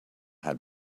had